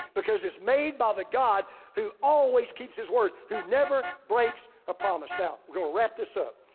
because it's made by the god who always keeps his word, who never breaks a promise. now, we're going to wrap this up.